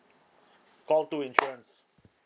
call two insurance